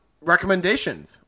Recommendations